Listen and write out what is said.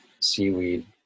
seaweed